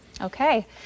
Okay